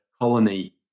colony